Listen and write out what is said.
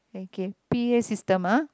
okay P_A system ah